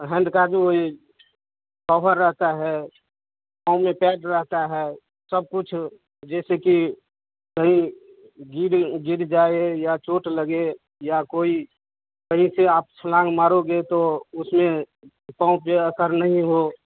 hand का जो ये कवर रहता है पाँव में पैड रहता है सब कुछ जैसे कि कहीं गिर गिर जाए या चोट लगे या कोई कहीं से आप छलांग मारोगे तो उसमें पाँव पर असर नहीं हो